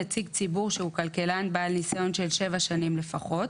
נציג ציבור שהוא כלכלן בעל ניסיון של שבע שנים לפחות,